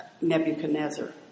Nebuchadnezzar